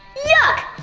yuck!